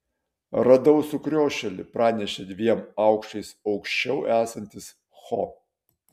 radau sukriošėlį pranešė dviem aukštais aukščiau esantis ho